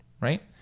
right